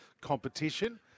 competition